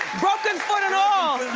broken foot and all.